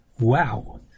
Wow